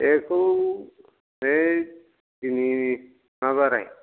बेखौ हैद दिनै मा बाराय